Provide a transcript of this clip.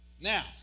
Now